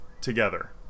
together